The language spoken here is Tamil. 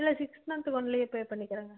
இல்லை சிக்ஸ் மந்த்துக்கு ஒன்லி பே பண்ணிக்கிறேங்க